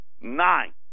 nine